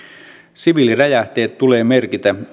siviiliräjähteet tulee merkitä